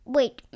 Wait